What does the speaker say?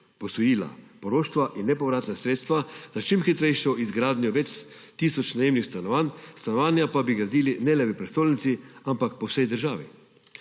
posojila, poroštva in nepovratna sredstva za čim hitrejšo izgradnjo več tisoč najemnih stanovanj, stanovanja pa bi gradili ne le v prestolnici, ampak tudi po vsej državi.